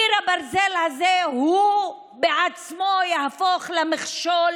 קיר הברזל הזה הוא בעצמו יהפוך למכשול